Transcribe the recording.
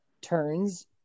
turns